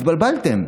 התבלבלתם.